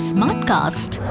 Smartcast